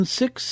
six